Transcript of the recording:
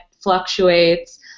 fluctuates